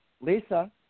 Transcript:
Lisa